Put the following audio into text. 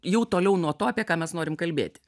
jau toliau nuo to apie ką mes norim kalbėti